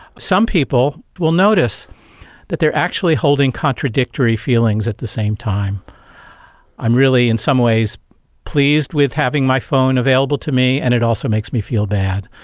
some people will notice that they are actually holding contradictory feelings at the same time i'm really in some ways pleased with having my phone available to me and it also makes me feel bad.